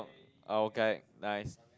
oh okay nice